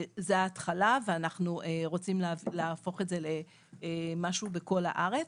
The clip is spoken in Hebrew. זו ההתחלה ואנחנו רוצים להפוך את זה למשהו בכל הארץ.